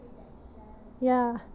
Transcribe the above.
ya